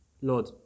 Lord